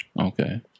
Okay